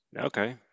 Okay